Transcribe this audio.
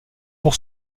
pour